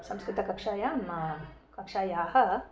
संस्कृतकक्षायां कक्षायाः